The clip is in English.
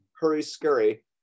hurry-scurry